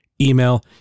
Email